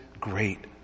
great